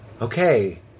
okay